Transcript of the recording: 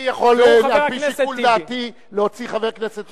וזה חבר הכנסת טיבי.